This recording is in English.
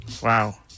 Wow